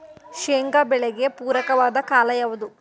ಶೇಂಗಾ ಬೆಳೆಗೆ ಪೂರಕವಾದ ಕಾಲ ಯಾವುದು?